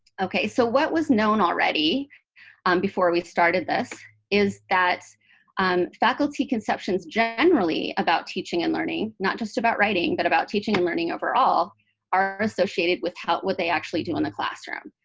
ok, so what was known already before we started this is that um faculty conceptions generally about teaching and learning not just about writing, but about teaching and learning overall are associated with what what they actually do in the classroom.